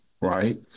right